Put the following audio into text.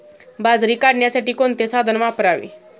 बाजरी काढण्यासाठी कोणते साधन वापरावे?